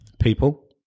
people